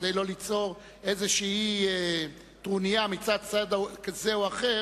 כדי לא ליצור איזו טרוניה מצד כזה או אחר